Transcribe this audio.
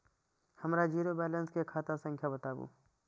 हमर zero balance के खाता संख्या बतबु?